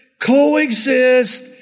coexist